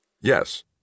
Yes